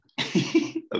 Okay